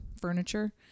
furniture